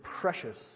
precious